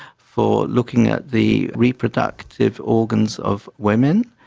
for looking at the reproductive organs of women.